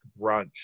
brunch